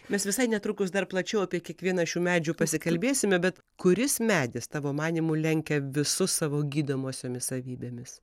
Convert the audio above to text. mes visai netrukus dar plačiau apie kiekvieną šių medžių pasikalbėsime bet kuris medis tavo manymu lenkia visus savo gydomosiomis savybėmis